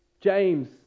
James